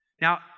Now